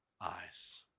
eyes